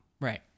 Right